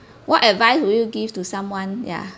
what advice would you give to someone ya